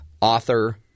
author